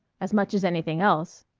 as much as anything else.